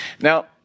Now